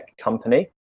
company